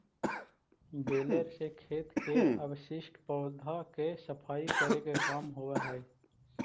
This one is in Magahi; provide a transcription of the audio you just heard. बेलर से खेत के अवशिष्ट पौधा के सफाई करे के काम होवऽ हई